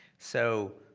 so